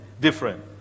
different